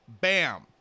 Bam